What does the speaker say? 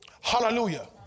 Hallelujah